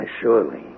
surely